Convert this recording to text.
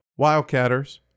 Wildcatters